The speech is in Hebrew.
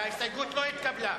ההסתייגות לא התקבלה.